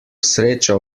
sreča